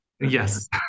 Yes